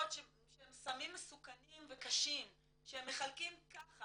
שהן סמים מסוכנים וקשים שהם מחלקים ככה